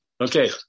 Okay